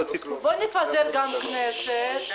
זה עדיף מאשר לפתוח עוד ועדה.